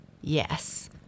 Yes